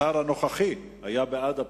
השר הנוכחי היה בעד הפירוק.